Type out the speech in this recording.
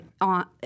on